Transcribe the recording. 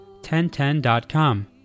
1010.com